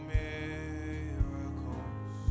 miracles